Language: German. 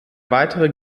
weitere